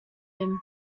him